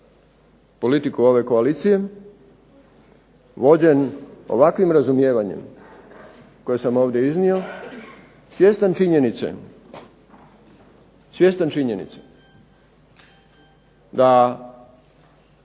politiku ove koalicije vođen ovakvim razumijevanjem koje sam ovdje iznio svjestan činjenice da odlaganje